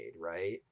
Right